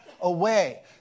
away